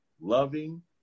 loving